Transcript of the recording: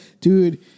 Dude